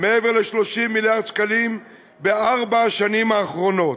מעבר ל-30 מיליארד שקלים בארבע השנים האחרונות,